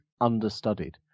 understudied